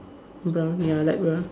brown ya light brown